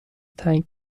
تنگ